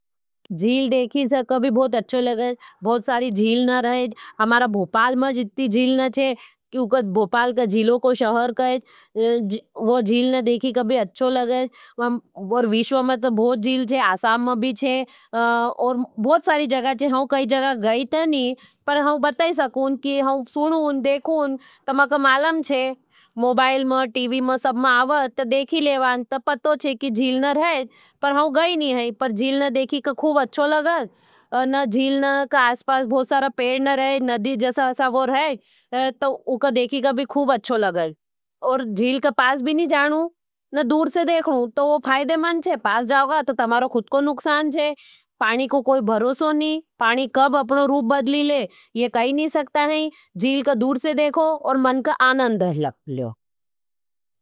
झील देखी से कभी बहुत अच्छो लगेस। बहुत सारी झील न रहेज। हमारा भोपाल में जित्ती जील न चेज। क्योंकि भोपाल का जीलों को शहर कहेज। वो जील न देखी कभी अच्छो लगेश। विश्वा में तो बहुत जील चेज। हमारा बहुत सारी जील न रहेज। हमारा बहुत सारी जील न रहेज। पानी को कोई भरोशों नहीं, पानी कब अपना रूप बदल लएवो ये केई नी सकता है। झील को दूर से देखो और अपना आनंद लियो।